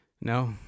No